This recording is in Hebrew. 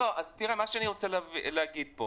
מה שאני רוצה להגיד,